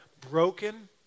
broken